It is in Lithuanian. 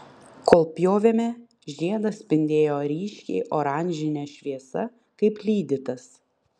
kol pjovėme žiedas spindėjo ryškiai oranžine šviesa kaip lydytas